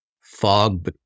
fog